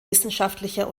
wissenschaftlicher